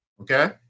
Okay